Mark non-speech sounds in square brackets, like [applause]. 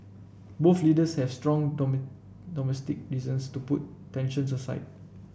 both leaders have strong [unintelligible] domestic reasons to put tensions aside